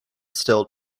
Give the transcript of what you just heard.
still